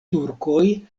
turkoj